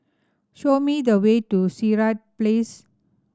show me the way to Sirat Place